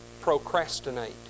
procrastinate